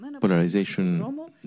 polarization